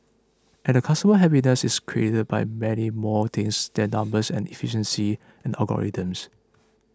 and a customer's happiness is created by many more things than numbers and efficiency and algorithms